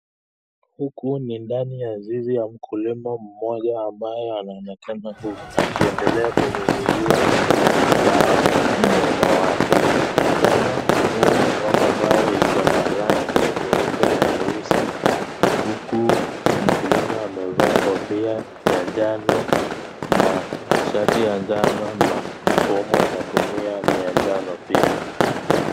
Huku ni ndani ya zizi ya mkulima mmoja ambaye anaonekana akiendelea kunyunyizia dawa mnyama wake. Mnyama huyu ni ng'ombe ambaye iko na rangi nyeupe na nyeusi, huku mkulima amevaa kofia ya njano na shati ya njano na bomba anatumia ni ya njano pia.